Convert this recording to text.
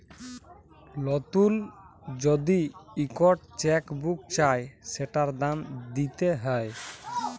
লতুল যদি ইকট চ্যাক বুক চায় সেটার দাম দ্যিতে হ্যয়